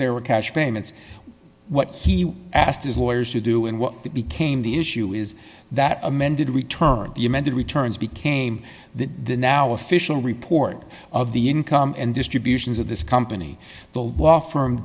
there were cash payments what he asked his lawyers to do and what became the issue is that amended return the amended returns became the now official report of the income and distributions of this company the law firm